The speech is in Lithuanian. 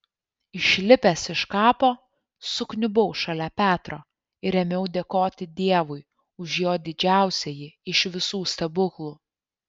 išlipęs iš kapo sukniubau šalia petro ir ėmiau dėkoti dievui už jo didžiausiąjį iš visų stebuklų